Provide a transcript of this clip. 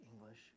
English